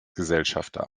gesellschafter